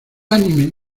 anime